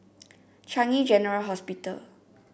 Changi General Hospital